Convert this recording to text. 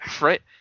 Right